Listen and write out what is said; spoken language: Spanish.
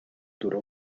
duró